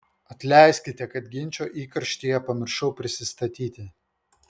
atleiskite kad ginčo įkarštyje pamiršau prisistatyti